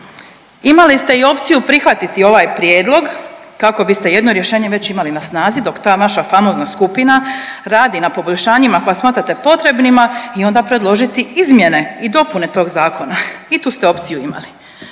Imali ste i opciju prihvatiti ovaj prijedlog kako biste jedno rješenje već imali na snazi dok ta vaša famozna skupina radi na poboljšanjima koja smatrate potrebnima i onda predložiti izmjene i dopune tog zakona. I tu ste opciju imali,